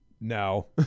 No